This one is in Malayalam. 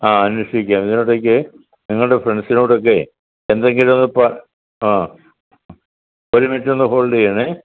ആ അന്വേഷിക്കാം ഇതിനിടയ്ക്ക് നിങ്ങളുടെ ഫ്രണ്ട്സിനോടൊക്കെ എന്തെങ്കിലുമൊക്കെ പ ആ ഒരു മിനിറ്റ് ഒന്ന് ഹോൾഡ് ചെയ്യണേ